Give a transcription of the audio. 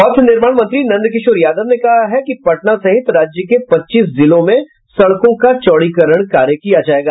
पथ निर्माण मंत्री नंदकिशोर यादव ने कहा है कि पटना सहित राज्य के पच्चीस जिले में सड़कों का चौड़ीकरण किया जायेगा